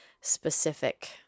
specific